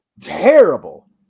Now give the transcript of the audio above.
Terrible